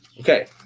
Okay